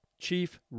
Chief